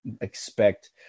expect